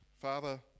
Father